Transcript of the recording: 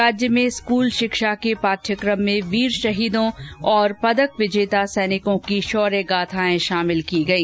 राज्य में स्कूल शिक्षा के पाठ्यक्रम में वीर शहीदों और पदक विजेता सैनिकों की शौर्य गाथाएं शामिल की गई